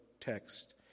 text